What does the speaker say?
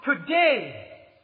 today